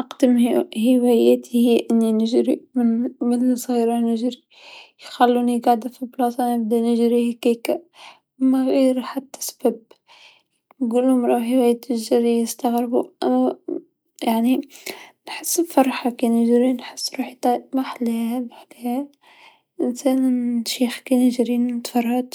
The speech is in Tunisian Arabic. أقدم هواياتي هي أني نجري مالصغيرا نجري، يخالوني قاعدا في بلاصه نبدا نجري هاكيكا ما غير حتى سباب، نقولهم راهي هواية الجري يستغربو يعني نحس بفرحه كنجري نحس روحي طاير ما حلاها ما حلاها، حتر نشيخ كنجري نتفرج